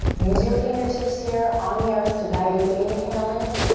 use your fingertips here on the earth to guide you. inhale in.